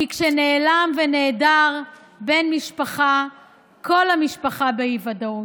כי כשנעלם ונעדר בן משפחה כל המשפחה באי-ודאות.